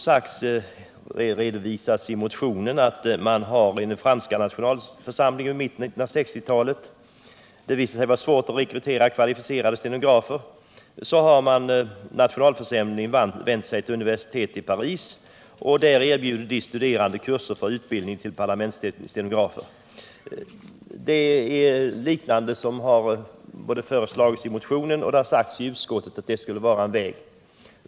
Såsom redovisas i motionen har man i den franska nationalförsamlingen sedan mitten av 1960 talet, då det visade sig svårt att rekrytera kvalificerade stenografer, tillämpat den metoden att nationalförsamlingen vänder sig till universitetet i Paris och erbjuder de studerande kurser för utbildning till parlamentsstenografer. Såväl i motionen som i utskottsbetänkandet anförs att denna metod vore lämplig att tillämpa även hos oss.